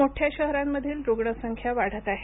मोठ्या शहरांमधली रुग्ण संख्या वाढत आहे